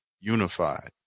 unified